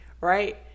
right